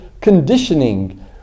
conditioning